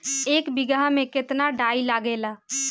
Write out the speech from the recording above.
एक बिगहा में केतना डाई लागेला?